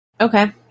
Okay